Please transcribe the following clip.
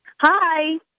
hi